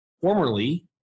formerly